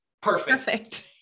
perfect